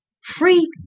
free